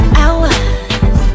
hours